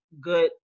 good